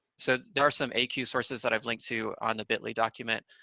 so there are some acue sources that i've linked to on the bitly document,